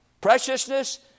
preciousness